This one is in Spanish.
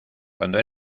cuando